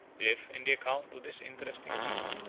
if, in the account of this interesting people,